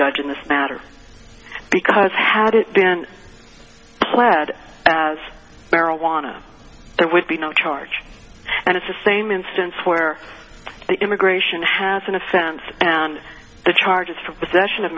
judge in this matter because had it been pled as marijuana there would be no charge and it's the same instance where the immigration has an offense and the charges for possession of